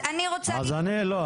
אז אני רוצה --- לא,